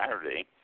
Saturday